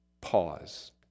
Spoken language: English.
pause